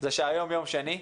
זה שהיום יום שני,